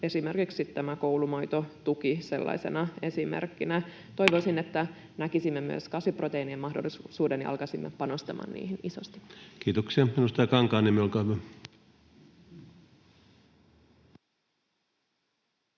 esimerkiksi tämä koulumaitotuki sellaisena esimerkkinä. Toivoisin, että näkisimme myös kasviproteiinien mahdollisuuden ja alkaisimme panostamaan niihin isosti. Kiitoksia. — Edustaja Kankaanniemi, olkaa hyvä.